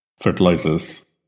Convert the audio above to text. fertilizers